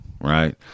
right